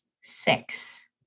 six